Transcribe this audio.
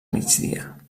migdia